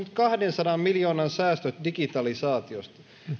kahdensadan miljoonan säästöt digitalisaatiosta